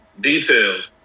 details